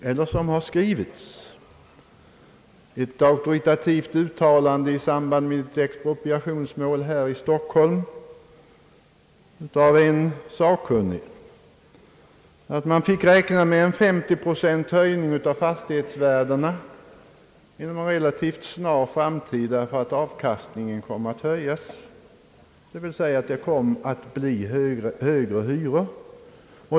Ett auktoritativt uttalande av en sakkunnig i samband med ett expropriationsmål här i Stockholm innebär, att man får räkna med en 50-procentig höjning av fastighetsvärdena inom en relativt snar framtid, därför att avkastningen kommer att höjas, dvs. det kommer att bli högre hyror.